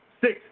Six